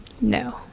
No